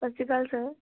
ਸਤਿ ਸ਼੍ਰੀ ਅਕਾਲ ਸਰ